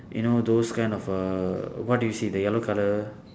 you know those kind of err what do you see the yellow colour